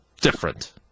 different